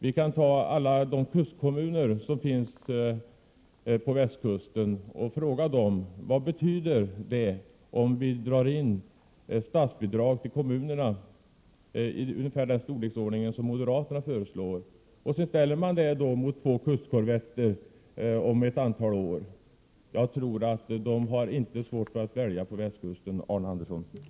Vi kan fråga kustkommunerna längs västkusten vad det skulle betyda för dem om vi drar ner statsbidraget till kommunerna i den storleksordning som moderaterna föreslår. Det skall då ställas mot att man fick två kustkorvetter om ett antal år. Jag tror inte att man på västkusten har svårt att välja mellan de alternativen, Arne Andersson.